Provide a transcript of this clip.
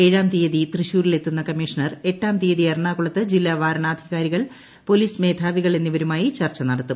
ഏഴാം തീയതി തൃശൂരിൽ എത്തുന്ന കമ്മീഷണർ എട്ടാം തീയതി എറണാകുളത്ത് ജില്ലാ വരണാധികാരികൾ പോലീസ് മേധാവികൾ എന്നിവരുമായി ചർച്ച നടത്തും